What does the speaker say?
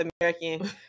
American